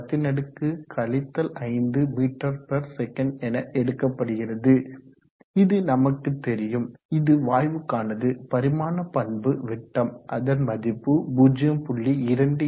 8×10 5 msec என எடுக்கப்படுகிறது இது நமக்கு தெரியும் இது வாயுக்கானது பரிமாண பண்பு விட்டம் அதன் மதிப்பு 0